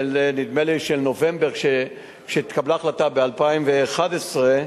נדמה לי, נובמבר, שהתקבלה החלטה ב-2011.